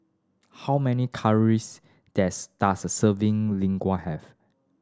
how many calories does a serving Lasagne have